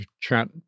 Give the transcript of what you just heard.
Chat